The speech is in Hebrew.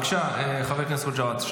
בבקשה, חבר הכנסת חוג'יראת.